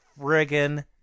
friggin